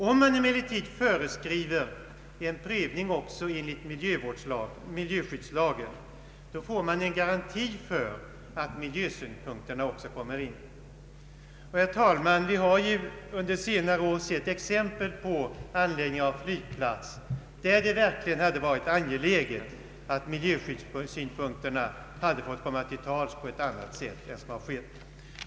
Om man emellertid föreskriver en prövning också enligt miljöskyddslagen, får man en garanti för att även miljösynpunkterna beaktas. Vi har ju under senare år sett exempel på anläggning av flygplats där det verkligen hade varit angeläget att miljöskyddssynpunkterna fått komma till tals på ett annat sätt än som skett.